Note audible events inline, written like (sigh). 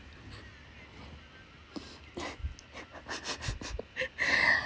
(laughs)